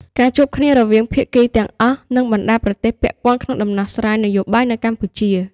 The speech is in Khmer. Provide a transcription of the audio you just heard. ការជួបគ្នារវាងភាគីទាំងអស់និងបណ្តាប្រទេសពាក់ព័ន្ធក្នុងដំណោះស្រាយ នយោបាយនៅកម្ពុជា។